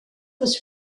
was